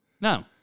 No